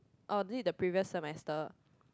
or was it the previous semester